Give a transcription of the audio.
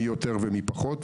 מי יותר ומי פחות.